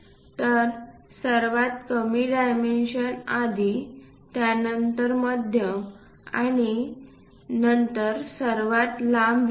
तर सर्वात कमी डायमेन्शन आधी त्यानंतर मध्यम आणि नंतर सर्वात लांब येते